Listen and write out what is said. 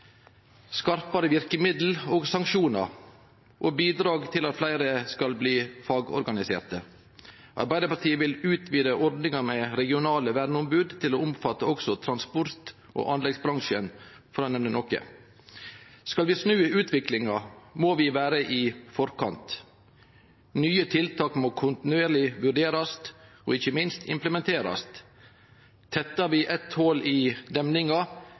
skarpare verkemiddel og sanksjonar og bidrag til at fleire skal bli fagorganiserte. Arbeidarpartiet vil utvide ordninga med regionale verneombod til å omfatte også transport- og anleggsbransjen, for å nemne noko. Skal vi snu utviklinga, må vi vere i forkant. Nye tiltak må kontinuerleg vurderast og ikkje minst implementerast. Tettar vi eitt hol i demninga,